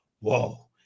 whoa